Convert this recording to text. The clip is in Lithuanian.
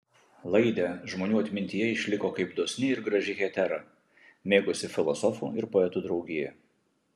laidė žmonių atmintyje išliko kaip dosni ir graži hetera mėgusi filosofų ir poetų draugiją